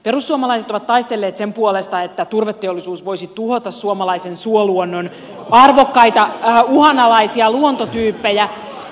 perussuomalaiset ovat taistelleet sen puolesta että turveteollisuus voisi tuhota suomalaisen suoluonnon arvokkaita uhanalaisia luontotyyppejä